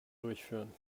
durchführen